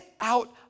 out